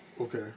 Okay